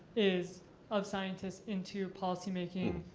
is of scientists into policymaking,